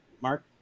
Mark